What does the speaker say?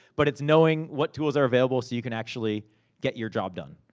but it's knowing what tools are available, so you can actually get your job done.